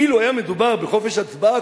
אילו היה מדובר בחופש הצבעה,